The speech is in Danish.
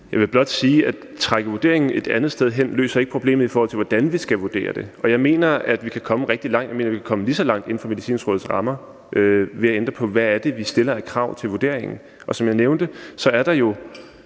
Jeg vil blot sige, at det at trække vurderingen et andet sted hen ikke løser problemet, i forhold til hvordan vi skal vurdere det, og jeg mener, at vi kan komme lige så langt inden for Medicinrådets rammer ved at ændre på, hvad det er, vi stiller af krav til vurderingen. Som jeg nævnte, er der jo